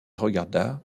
regarda